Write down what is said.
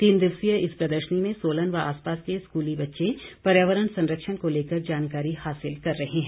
तीन दिवसीय इस प्रदर्शनी में सोलन व आसपास के स्कूली बच्चे पर्यावरण संरक्षण को लेकर जानकारी हासिल कर रहे हैं